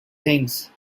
things